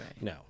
No